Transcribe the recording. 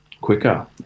quicker